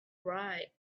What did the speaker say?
right